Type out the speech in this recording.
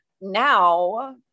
now